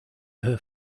her